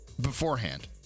beforehand